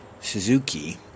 Suzuki